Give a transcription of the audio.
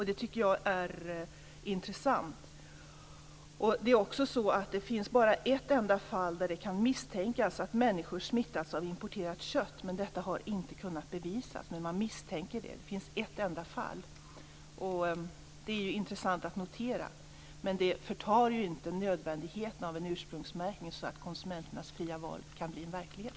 Det tycker jag är intressant. Det finns bara ett enda fall där det kan misstänkas att en människa smittats av importerat kött. Detta har inte kunnat bevisas, men det finns en misstanke om det. Det är intressant att notera att det bara är ett enda fall. Men det förtar ju inte nödvändigheten av en ursprungsmärkning så att konsumenternas fria val kan bli en verklighet.